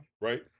Right